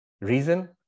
reason